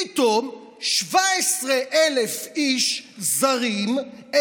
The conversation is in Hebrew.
פתאום 17,000 איש זרים,